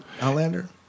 Outlander